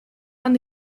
aan